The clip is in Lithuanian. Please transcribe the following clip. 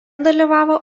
dalyvavo